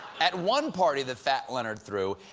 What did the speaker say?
at one party that fat leonard through,